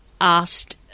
asked